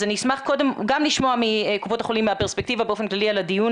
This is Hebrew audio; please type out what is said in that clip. אני אשמח קודם גם לשמוע מקופות החולים בפרספקטיבה באופן כללי על הדיון